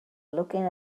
looking